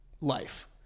life